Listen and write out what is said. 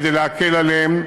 כדי להקל עליהם.